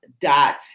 dot